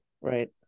Right